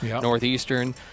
Northeastern